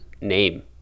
name